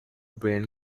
brain